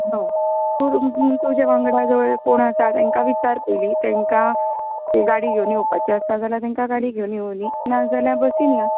हय तुजे वांगडा कोण आसा तेंकां विचार पयलीं तेंकां गाडी घेवन येवपाचें आसा जाल्यार तेंका गाडी घेवन येवनी ना जाल्यार बसीन या